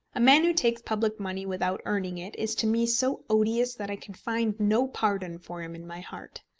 a man who takes public money without earning it is to me so odious that i can find no pardon for him in my heart.